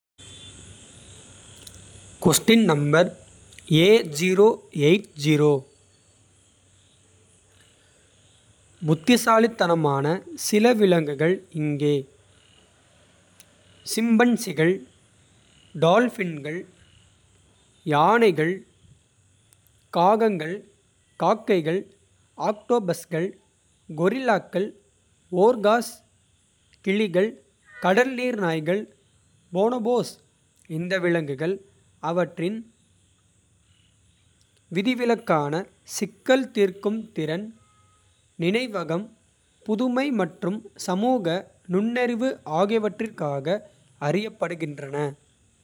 புத்திசாலித்தனமான சில விலங்குகள் இங்கே. சிம்பன்சிகள் டால்பின்கள் யானைகள். காகங்கள் காக்கைகள் ஆக்டோபஸ்கள். கொரில்லாக்கள் ஓர்காஸ் கிளிகள் கடல் நீர்நாய்கள். போனபோஸ் இந்த விலங்குகள் அவற்றின். விதிவிலக்கான சிக்கல் தீர்க்கும் திறன். நினைவகம் புதுமை மற்றும் சமூக நுண்ணறிவு. ஆகியவற்றிற்காக அறியப்படுகின்றன.